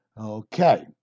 okay